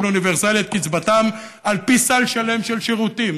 אוניברסלי את קצבתם על פי סל שלם של שירותים,